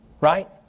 right